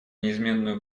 неизменную